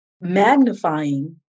magnifying